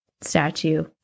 statue